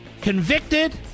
convicted